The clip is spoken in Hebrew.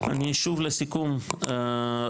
שוב לסיכום,